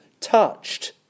touched